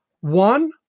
one